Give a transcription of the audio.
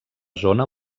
zona